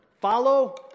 follow